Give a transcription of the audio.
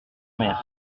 mer